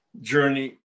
journey